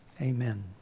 Amen